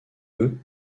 eux